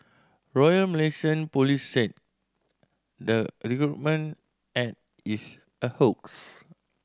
Royal Malaysian Police said the recruitment ad is a hoax